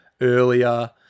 earlier